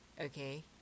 Okay